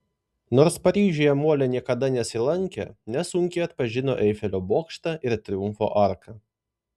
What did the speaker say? nors paryžiuje molė niekada nesilankė nesunkiai atpažino eifelio bokštą ir triumfo arką